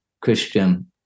Christian